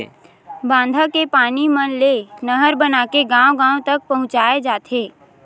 बांधा के पानी मन ले नहर बनाके गाँव गाँव तक पहुचाए जाथे